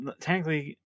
technically